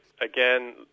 Again